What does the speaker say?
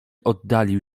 oddalił